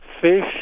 fish